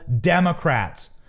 Democrats